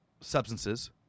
substances